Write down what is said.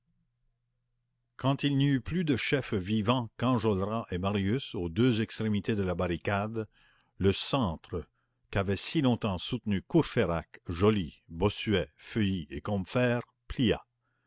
eut plus de chefs vivants qu'enjolras et marius aux deux extrémités de la barricade le centre qu'avaient si longtemps soutenu courfeyrac joly bossuet feuilly et combeferre plia